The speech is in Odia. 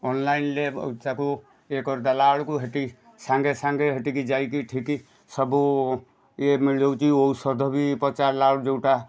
ଅନ୍ଲାଇନ୍ରେ ତାକୁ ଇଏ କରିଦେଲା ବେଳକୁ ହେଟି ସାଙ୍ଗେ ସାଙ୍ଗେ ହେଟିକି ଯାଇକି ଠିକି ସବୁ ଇଏ ମିଳୁଛି ଯୋଉ ଔଷଧ ବି ପଚାରିଲା ବେଳକୁ ଯେଉଁଟା